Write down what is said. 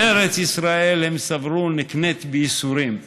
ארץ ישראל, הם סברו, נקנית בייסורים.